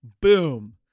Boom